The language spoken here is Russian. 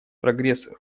прогресс